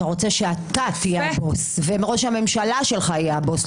אתה רוצה שאתה תהיה הבוס וראש הממשלה שלך יהיה הבוס,